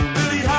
Billy